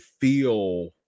feel